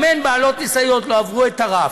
גם הן בעלות ניסיון ולא עברו את הרף.